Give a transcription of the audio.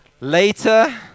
Later